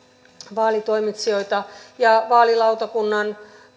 vaalitoimitsijoita vaalilautakunnan